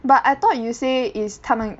but I thought you say is 他们